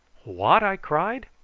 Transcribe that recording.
what! i cried.